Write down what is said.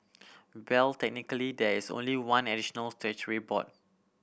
well technically there is only one additional statutory board